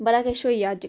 बड़ा किश होई गेआ अज्ज